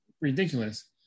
ridiculous